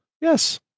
Yes